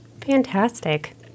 Fantastic